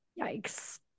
Yikes